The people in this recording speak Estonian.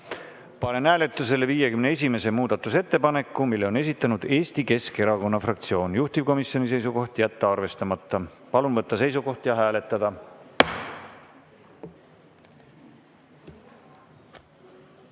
Panen hääletusele 51. muudatusettepaneku. Selle on esitanud Eesti Keskerakonna fraktsioon. Juhtivkomisjoni seisukoht on jätta arvestamata. Palun võtta seisukoht ja hääletada!